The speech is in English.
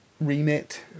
Remit